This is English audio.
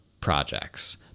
projects